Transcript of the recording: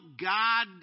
God